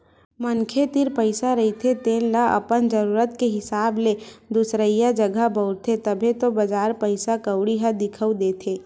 मनखे तीर पइसा रहिथे तेन ल अपन जरुरत के हिसाब ले दुसरइया जघा बउरथे, तभे तो बजार पइसा कउड़ी ह दिखउल देथे